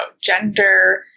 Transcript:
gender